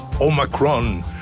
Omicron